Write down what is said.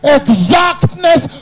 exactness